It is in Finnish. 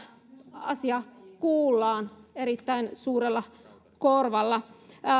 asia kuullaan erittäin suurella korvalla